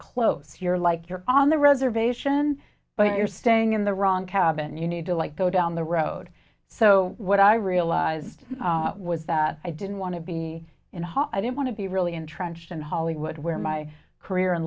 close you're like you're on the reservation but you're staying in the wrong cabin and you need to like go down the road so what i realized was that i didn't want to be in a hot i didn't want to be really entrenched in hollywood where my career